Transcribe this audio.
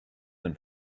than